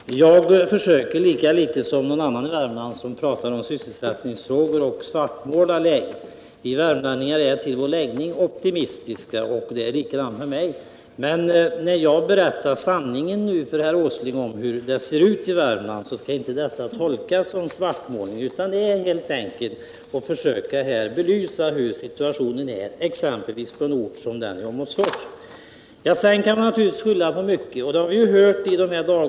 Herr talman! Jag försöker lika litet som någon annan i Värmland som talar om sysselsättningsfrågor att svartmåla läget. Vi värmlänningar är till vår läggning optimistiska, och det är likadant med mig. Men när jag berättar sanningen för Nils Åsling om hur det ser ut i Värmland, skall detta inte tolkas som svartmålning, utan helt enkelt som ett försök att belysa situationen exempelvis i Åmotfors. Man kan naturligtvis skylla på mycket.